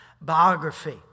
biography